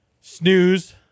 snooze